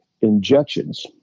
injections